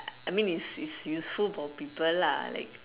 I mean it's it's useful for people lah like